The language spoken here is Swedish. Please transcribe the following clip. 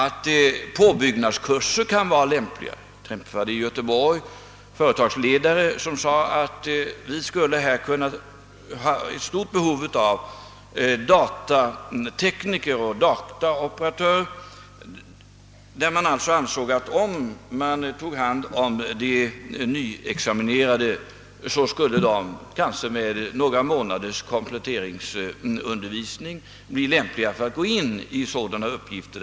En företagsledare i Göteborg sade t.ex. att man skulle behöva ett ganska stort antal datatekniker och dataoperatörer. Han ansåg alltså att om man tog sig an de nyexaminerade skulle dessa kanske med några månaders kompletteringsundervisning bli lämpliga för sådana uppgifter.